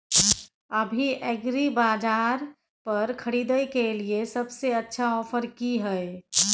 अभी एग्रीबाजार पर खरीदय के लिये सबसे अच्छा ऑफर की हय?